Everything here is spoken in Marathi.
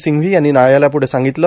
सिंघवी यांनी व्यायालयापुढं सांगितली